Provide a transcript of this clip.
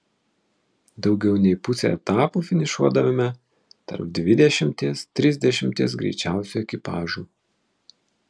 daugiau nei pusę etapų finišuodavome tarp dvidešimties trisdešimties greičiausių ekipažų